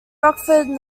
rockford